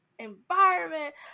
environment